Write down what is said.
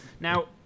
Now